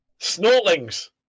Snortlings